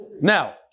Now